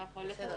אני טוען,